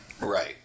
right